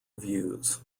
views